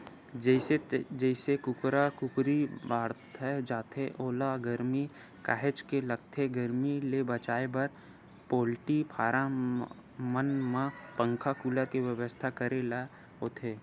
जइसे जइसे कुकरा कुकरी बाड़हत जाथे ओला गरमी काहेच के लगथे गरमी ले बचाए बर पोल्टी फारम मन म पंखा कूलर के बेवस्था करे ल होथे